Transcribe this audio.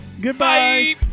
Goodbye